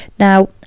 Now